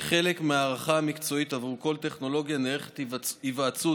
כחלק מההערכה המקצועית עבור כל טכנולוגיה נערכת היוועצות